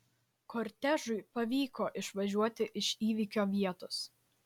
kortežui pavyko išvažiuoti iš įvykio vietos